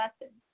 lesson